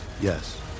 Yes